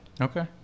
Okay